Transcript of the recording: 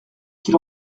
qu’il